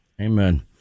Amen